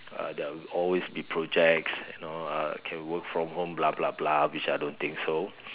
uh there will always be projects you know uh can work from home blah blah blah which I don't think so